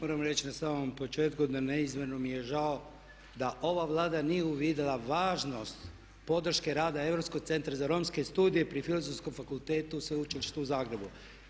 Moram reći na samom početku da neizmjerno mi je žao da ova Vlada nije uvidjela važnost podrške rada Europskog centra za romske studije pri Filozofskom fakultetu Sveučilišta u Zagrebu.